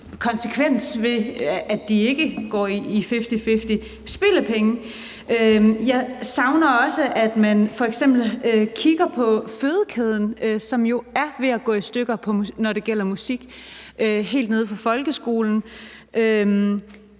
konsekvens af, at det ikke er fifty-fifty. Det er spild af penge. Jeg savner også, at man f.eks. kigger på fødekæden, som jo er ved at gå i stykker, når det gælder musik, helt nede fra folkeskolen.